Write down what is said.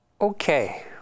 okay